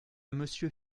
monsieur